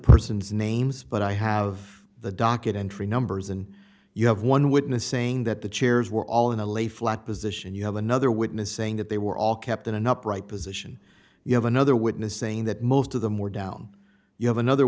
person's names but i have the docket entry numbers and you have one witness saying that the chairs were all in a lay flat position you have another witness saying that they were all kept in an upright position you have another witness saying that most of them were down you have another